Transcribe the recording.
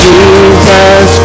Jesus